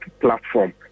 platform